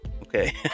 Okay